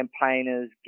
campaigners